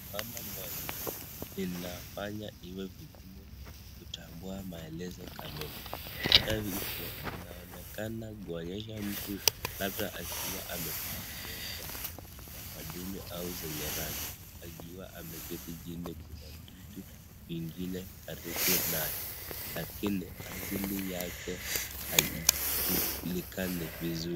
Mama mmoja inafanya iwe kigumu kutambua maelezo kamili hata hivyo inaonekana kuonyesha mtu labda akiwa amevaa nguo za kitamaduni au zenye rangi akiwa ameketi chini kuna vitu vingine karibu naye lakini asili yake haijulikani vizuri.